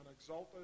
exalted